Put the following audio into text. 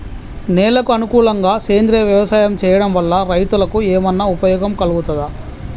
నేలకు అనుకూలంగా సేంద్రీయ వ్యవసాయం చేయడం వల్ల రైతులకు ఏమన్నా ఉపయోగం కలుగుతదా?